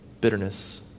Bitterness